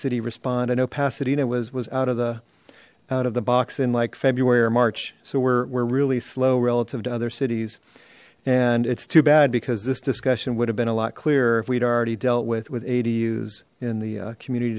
city respond and oh pasadena was was out of the out of the box in like february or march so we're really slow relative to other cities and it's too bad because this discussion would have been a lot clearer if we'd already dealt with with ad use in the community